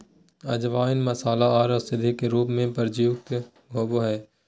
अजवाइन मसाला आर औषधि के रूप में प्रयुक्त होबय हइ